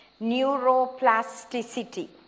neuroplasticity